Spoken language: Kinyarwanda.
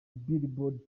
billboard